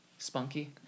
Spunky